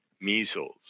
measles